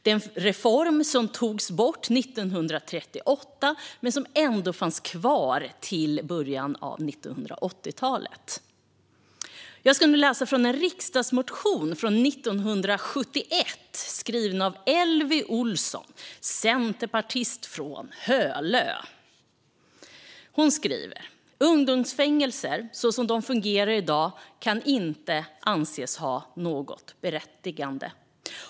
Det är en reform som togs bort 1938 men som ändå fanns kvar till början av 1980-talet. Jag ska nu läsa från en riksdagsmotion från 1971, skriven av Elvy Olsson, centerpartist från Hölö. Hon skriver: "Ungdomsfängelserna såsom de fungerar i dag kan inte anses ha något berättigande.